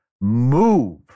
move